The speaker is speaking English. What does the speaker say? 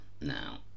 Now